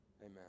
Amen